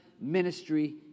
ministry